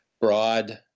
broad